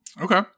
okay